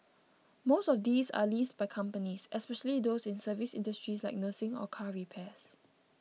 most of these are leased by companies especially those in service industries like nursing or car repairs